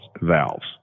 valves